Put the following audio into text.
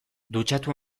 dutxatu